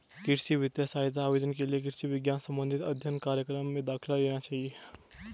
कृषि वित्तीय सहायता आवेदन के लिए कृषि विज्ञान संबंधित अध्ययन कार्यक्रम में दाखिला लेना चाहिए